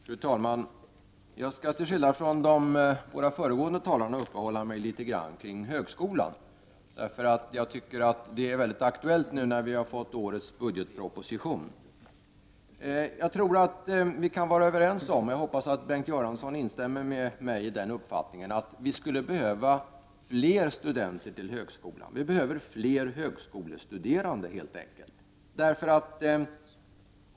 Fru talman! Jag skall till skillnad från de båda föregående talarna uppehålla mig litet grand kring högskolan. Jag menar att detta är mycket aktuellt nu när vi har fått årets budgetproposition presenterad. Jag tror att vi kan vara överens om — och jag hoppas att Bengt Göransson instämmer med mig i den uppfattningen — att vi skulle behöva fler studenter i högskolan. Vi behöver fler högskolestuderande, helt enkelt.